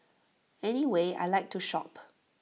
anyway I Like to shop